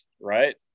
right